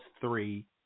three